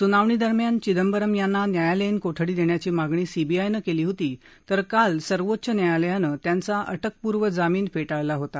सुनावणी दरम्यान चिदंबरम यांना न्यायालयीन कोठडी देण्याची मागणी सीबीआयनं केली होती तर काल सर्वोच्च न्यायालयानं त्यांचा अटकपूर्व जामीन फेटाळला होता